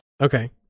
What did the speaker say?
Okay